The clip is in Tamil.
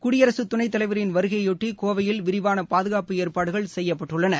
குடியகத் துணைத்தலைவரின் வருகையைபொட்டி கோவையில் விரிவான பாதுகாப்பு ஏற்பாடுகள் செய்யப்பட்டுள்ளன